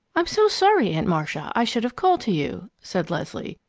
i'm so sorry, aunt marcia! i should have called to you, said leslie,